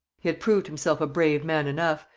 he had proved himself a brave man enough.